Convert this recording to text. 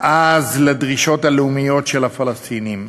אז על הדרישות הלאומיות של הפלסטינים?